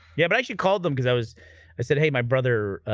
yeah, but actually called them cuz i was i said hey my brother